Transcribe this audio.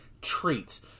treat